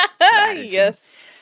Yes